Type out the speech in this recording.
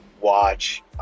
watch